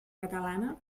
catalana